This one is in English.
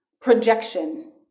projection